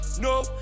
No